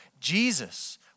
Jesus